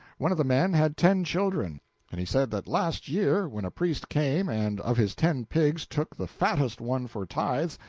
one of the men had ten children and he said that last year when a priest came and of his ten pigs took the fattest one for tithes,